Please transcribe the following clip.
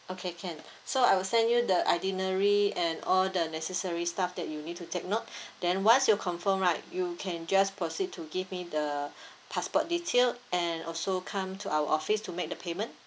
okay can so I will send you the itinerary and all the necessary stuffs that you need to take note then once you confirm right you can just proceed to give me the passport detail and also come to our office to make the payment